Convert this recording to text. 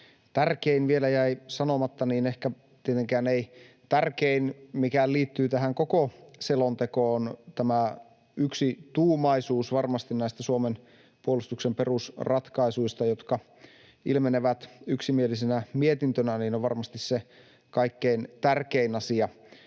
tärkein vielä jäi sanomatta, niin ehkä tietenkään ei tärkein, mikä liittyy tähän koko selontekoon. Tämä yksituumaisuus näistä Suomen puolustuksen perusratkaisuista, joka ilmenee yksimielisenä mietintönä, on varmasti se kaikkein tärkein asia